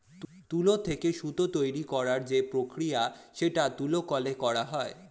তুলো থেকে সুতো তৈরী করার যে প্রক্রিয়া সেটা তুলো কলে করা হয়